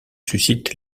suscite